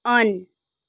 on